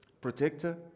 Protector